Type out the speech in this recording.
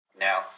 Now